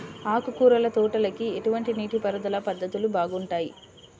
ఆకుకూరల తోటలకి ఎటువంటి నీటిపారుదల పద్ధతులు బాగుంటాయ్?